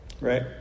right